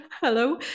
Hello